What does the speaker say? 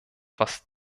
was